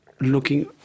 looking